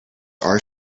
our